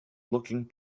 looking